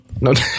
No